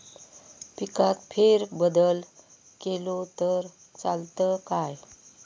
पिकात फेरबदल केलो तर चालत काय?